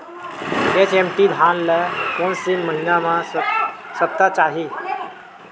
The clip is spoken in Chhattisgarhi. एच.एम.टी धान ल कोन से महिना म सप्ता चाही?